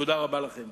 תודה רבה לכם.